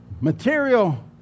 material